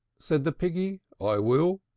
said the piggy, i will.